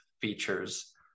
features